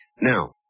Now